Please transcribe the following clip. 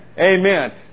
Amen